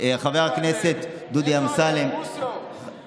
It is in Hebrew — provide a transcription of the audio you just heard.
זה לא ניכר, חבר הכנסת דודי אמסלם, יוראי?